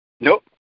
Nope